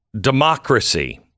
democracy